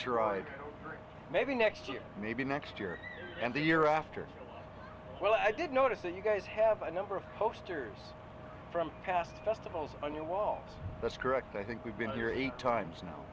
tried maybe next year maybe next year and the year after well i did notice that you guys have a number of posters from past festivals on your wall that's correct i think we've been here eight times now